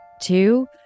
two